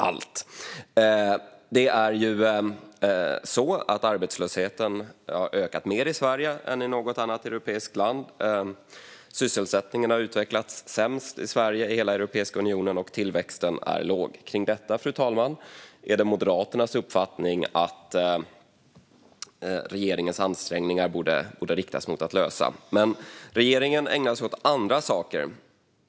Arbetslösheten har ökat mer i Sverige än i något annat europeiskt land, sysselsättningen i Sverige har utvecklats sämst i hela Europeiska unionen och tillväxten är låg. Det är Moderaternas uppfattning att regeringens ansträngningar borde riktas mot att lösa detta. Men regeringen ägnar sig åt andra saker.